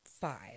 five